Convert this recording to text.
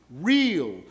real